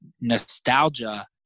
nostalgia